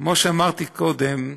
כמו שאמרתי קודם,